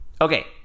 Okay